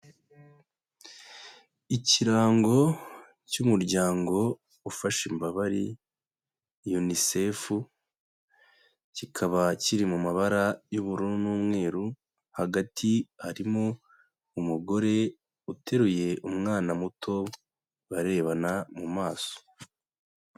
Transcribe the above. Ikirango cy'umuryango ufasha imbabare UNICEF, kikaba kiri mu mabara y'ubururu n'umweru, hagati harimo umugore uteruye umwana muto barebana mu maso.